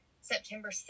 September